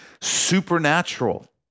supernatural